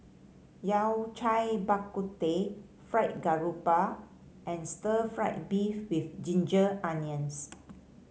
Yao Cai Bak Kut Teh Fried Garoupa and Stir Fried Beef with Ginger Onions